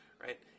right